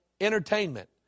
entertainment